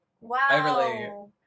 Wow